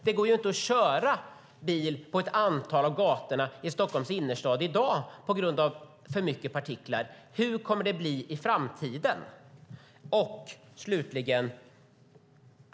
Det går ju inte att köra bil på ett antal av gatorna i Stockholms innerstad i dag på grund av att det är för mycket partiklar. Hur kommer det att bli i framtiden?